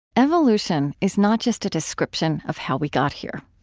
evolution is not just a description of how we got here.